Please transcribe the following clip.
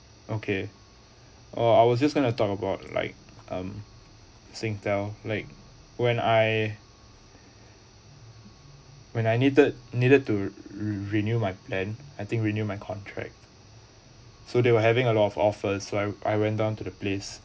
okay oh I was just going to talk about like um singtel like when I when I needed needed to renew my plan I think renew my contract so they were having a lot of offers so I I went down to the place